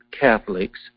Catholics